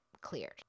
cleared